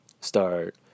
start